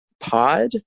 pod